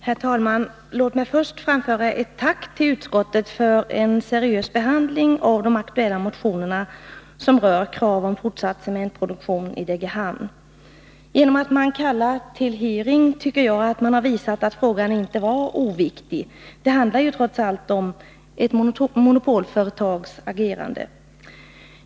Herr talman! Låt mig först framföra ett tack till utskottet för en seriös behandling av de aktuella motionerna, som rör krav på fortsatt cementproduktion i Degerhamn. Genom att man kallat till hearing tycker jag att man har visat att frågan inte var oviktig. Det handlar trots allt om ett monopolföretags agerande.